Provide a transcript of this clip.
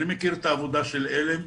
אני מכיר את העבודה של עלם,